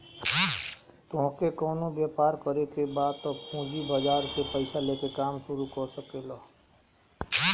तोहके कवनो व्यवसाय करे के बा तअ पूंजी बाजार से पईसा लेके काम शुरू कर सकेलअ